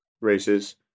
races